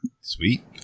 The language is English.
Sweet